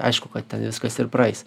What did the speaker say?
aišku kad ten viskas ir praeis